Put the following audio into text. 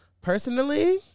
Personally